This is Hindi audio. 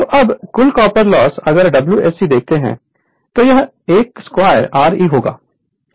Refer Slide Time 0627 तो अब कुल कॉपर लॉस अगर WSC देखते है तो यह 12 Re1 होगा